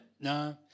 no